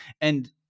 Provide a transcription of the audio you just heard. and-